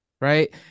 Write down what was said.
right